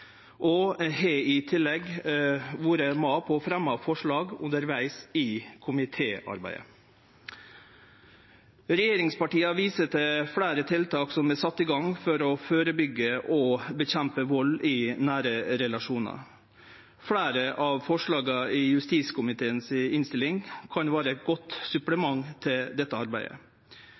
og har i tillegg vore med på å fremje forslag undervegs i komitéarbeidet. Regjeringspartia viser til fleire tiltak som har vorte sette i gang for å førebyggje og kjempe mot vald i nære relasjonar. Fleire av forslaga i innstillinga frå justiskomiteen kan vere eit godt supplement til dette arbeidet.